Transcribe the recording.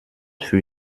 für